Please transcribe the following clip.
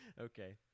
Okay